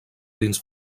dins